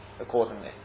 accordingly